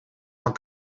van